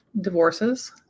divorces